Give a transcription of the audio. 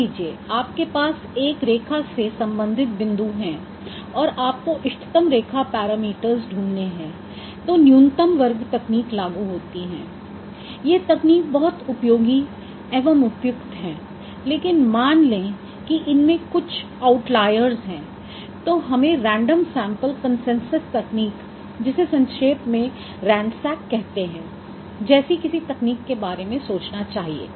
मान लीजिए आपके पास एक रेखा से संबंधित बिंदु हैं और आपको इष्टतम रेखा पैरामीटर्स ढूँढने हैं तो न्यूनतम वर्ग तकनीक लागू होती हैं ये तकनीक बहुत उपयोगी एवं उपयुक्त हैं लेकिन मान लें कि उनमें कुछ आउटलायर्स हैं तो हमें रेंडम सैम्पल कन्सेन्सस तकनीक जिसे संक्षेप में RANSAC कहते हैं जैसी किसी तकनीक के बारे में सोचना चाहिए